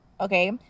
Okay